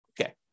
Okay